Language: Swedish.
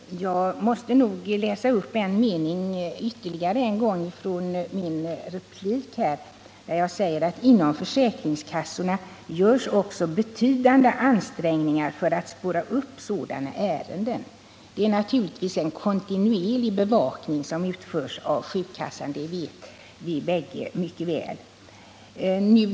Herr talman! Jag måste nog läsa upp en mening från min replik, där jag sade: ”Inom försäkringskassorna görs också betydande ansträngningar för att spåra upp sådana ärenden.” Det är naturligtvis en kontinuerlig bevakning som utförs av sjukkassan — det vet vi bägge mycket väl.